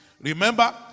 Remember